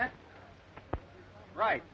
that's right